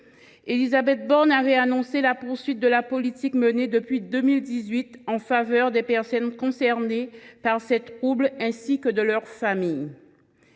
Élisabeth Borne avait annoncé la poursuite de la politique menée depuis 2018 en faveur des personnes concernées par ces troubles et de leurs familles.